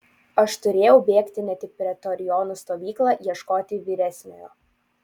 aš turėjau bėgti net į pretorionų stovyklą ieškoti vyresniojo